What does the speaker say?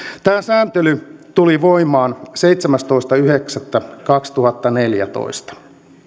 tämä sääntely tuli voimaan seitsemästoista yhdeksättä kaksituhattaneljätoista